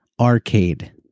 Arcade